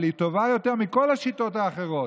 אבל היא טובה יותר מכל השיטות האחרות.